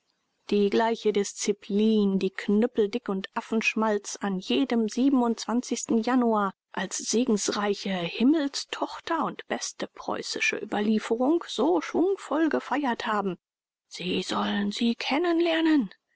die gleiche disziplin die knüppeldick und affenschmalz an jedem januar als segensreiche himmelstochter und beste preußische überlieferung so schwungvoll gefeiert haben sie sollen sie